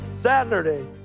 Saturday